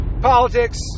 politics